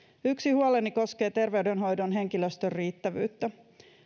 yksi huoleni koskee terveydenhoidon henkilöstön riittävyyttä